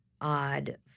odd